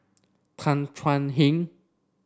Tan Thuan Heng